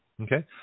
Okay